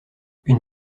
une